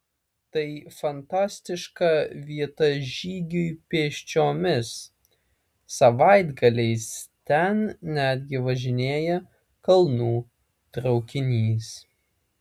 tai fantastiška vieta žygiui pėsčiomis savaitgaliais ten netgi važinėja kalnų traukinys